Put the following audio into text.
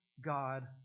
God